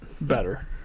Better